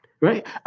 Right